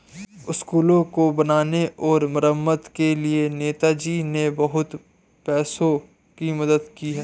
स्कूलों को बनाने और मरम्मत के लिए नेताजी ने बहुत पैसों की मदद की है